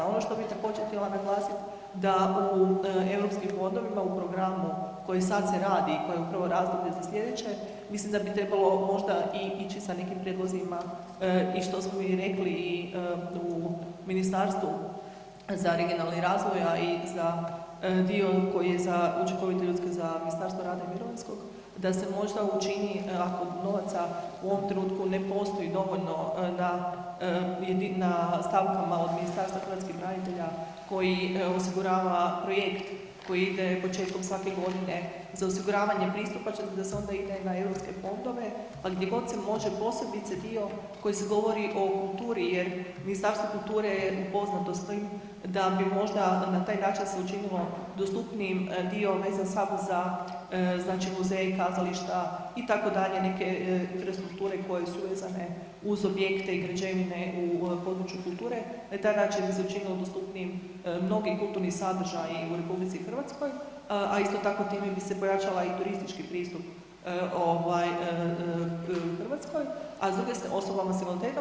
Ono što bi također htjela naglasit da u europskim fondovima u programu koji sad se radi, koji je upravo razdoblje za slijedeće, mislim da bi trebalo možda i ići sa nekim prijedlozima i što smo i rekli i u Ministarstvu za regionalni razvoj, a i za dio koji je za učinkovite ljudske za Ministarstvo rada i mirovinskog da se možda učini ako novaca u ovom trenutku ne postoji dovoljno na, na stavkama od Ministarstva hrvatskih branitelja koji osigurava projekt koji ide početkom svake godine za osiguravanje pristupačnosti da se onda ide na europske fondove, pa gdje god se može posebice dio koji se govori o kulturi jer Ministarstvo kulture je upoznato stojim da bi možda na taj način se učinilo dostupnijim dio vezan samo za znači muzeje i kazališta itd., neke infrastrukture koje su vezane uz objekte i građevine u području kulture, … [[Govornik se ne razumije]] mi se učinili dostupnijim mnogi kulturni sadržaji u RH, a isto tako time bi se pojačala i turistički pristup ovaj Hrvatskoj osobama s invaliditetom.